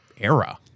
era